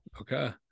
okay